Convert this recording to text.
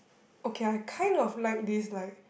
okay I kind of like this like